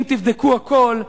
אם תבדקו הכול,